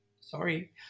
sorry